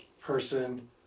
person